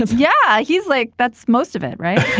yeah. he's like that's most of it. right